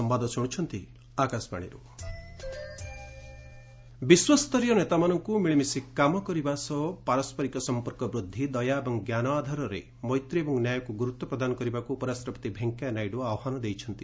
Naidu Vietnam ବିଶ୍ୱସ୍ତରୀୟ ନେତାମାନଙ୍କୁ ମିଳିମିଶି କାମ କରିବା ସହ ପାରସ୍କରିକ ସମ୍ପର୍କ ବୃଦ୍ଧି ଦୟା ଏବଂ ଜ୍ଞାନ ଆଧାରରେ ମୈତ୍ରୀ ଏବଂ ନ୍ୟାୟକ୍ତ ଗୁରତ୍ୱ ପ୍ରଦାନ କରିବାକୁ ଉପରାଷ୍ଟ୍ରପତି ଭେଙ୍କିୟା ନାଇଡ଼ୁ ଆହ୍ୱାନ ଦେଇଛନ୍ତି